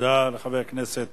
תודה לחבר הכנסת